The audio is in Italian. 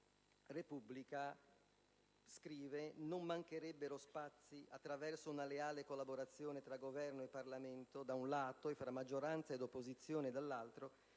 Repubblica scrive: non mancherebbero spazi, attraverso una leale collaborazione tra Governo e Parlamento, da un lato, e fra maggioranza ed opposizione, dall'altro,